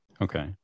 Okay